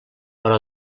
però